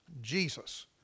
Jesus